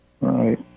Right